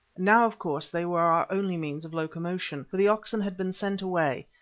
now, of course, they were our only means of locomotion, for the oxen had been sent away,